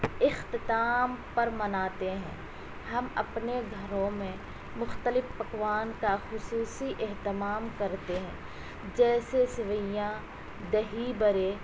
اختتام پر مناتے ہیں ہم اپنے گھروں میں مختلف پکوان کا خصوصی اہتمام کرتے ہیں جیسے سویاں دہی برے